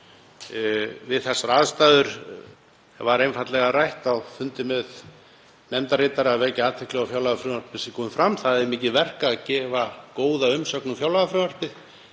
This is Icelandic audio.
Við þessar aðstæður var einfaldlega rætt á fundi með nefndarritara að vekja athygli á að fjárlagafrumvarpið væri komið fram. Það er mikið verk að gefa góða umsögn um fjárlagafrumvarpið.